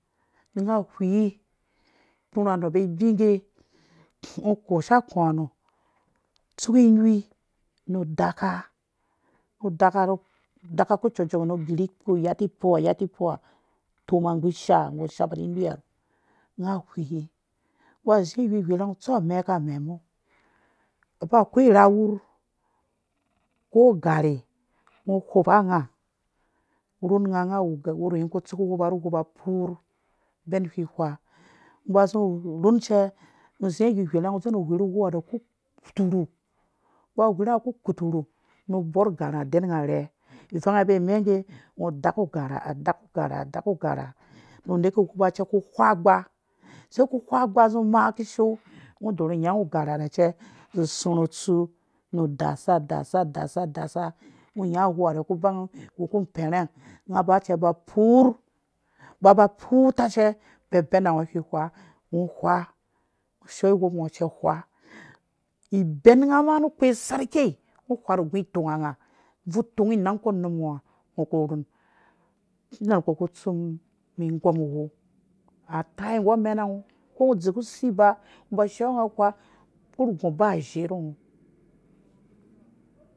Nga whii kpurha nɔ ba bi ngga ngo kosha aka ha nɔ tsaki inui nu daka nu daka ku cong congnyi nu girhi yati ipoo yatiipoo toma nggu isha ngɔ hapa nu hiu ha nga whii ngo ba zi whiwurhi nga ngɔ tsu amɛɛ ka mɛ mɔaba akwai rhawur ko garhe ngɔ hopa nga rhum nga nga wu gɛ wurh whii ngɔ ku tsuku uw oupa nu uwoup purh mɛn whi wha ngɔ ba zi rhum cɛ nu zi wiwurha nga ngɔ wendzen nu whirhu uwou haro ku kpurhu nu bɔr ugarhenga den nga rhɛ ivanga ba mɛ ngge ngɔ duka garhe ha duka garhe ha daku garhe nu neke uwoupa cɛ ku wha ugba sei k wha ugh cɛ zu maa kishoo ngɔ dɔrhu nyau garheha rhɛ cɛ zu surhu usu nu dasa dasa dasa dasa ngɔ nya uwouha ku han wu ku pɛrhɛng nga ba cɛ ba purh ba purhta cɛ bɛbenawɔ whiwha ngɔ wha shɔ woup ngcɛ wha ibɛn nga am nu kpe sarh kei ngɔ whaa nunggu itɔgu nga buvi tɔngu nang kpɔ numhangɔhaku rhun bina nukpɔ ku tsu mum igɔm uwou atai nggi amena ngɔ ko ngo adzeku utsi ba ngɔ. ba shɔi nga wha kpurhu gu ba azhee rru ngɔ,